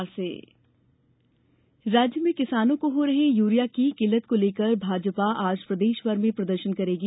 भाजपा प्रदर्शन राज्य में किसानों को हो रही यूरिया की किल्लत को लेकर भाजपा आज प्रदेशभर में प्रदर्षन करेगी